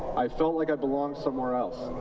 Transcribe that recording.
i felt like i belonged somewhere else.